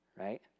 right